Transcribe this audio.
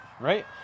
right